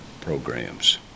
programs